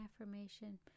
affirmation